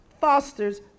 fosters